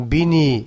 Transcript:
Bini